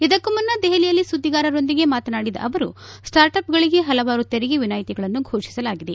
ಇದಕ್ಕೂ ಮುನ್ನ ದೆಹಲಿಯಲ್ಲಿ ಸುದ್ದಿಗಾರರೊಂದಿಗೆ ಮಾತನಾಡಿದ ಅವರು ಸ್ವಾರ್ಟ್ ಅಪ್ಗಳಿಗೆ ಹಲವಾರು ತೆರಿಗೆ ವಿನಾಯಿತಿಗಳನ್ನು ಘೋಷಿಸಲಾಗಿದೆ